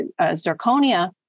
zirconia